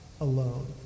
alone